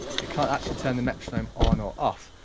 you can't actually turn the metronome on or off.